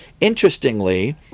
Interestingly